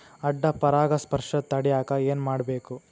ಅಡ್ಡ ಪರಾಗಸ್ಪರ್ಶ ತಡ್ಯಾಕ ಏನ್ ಮಾಡ್ಬೇಕ್?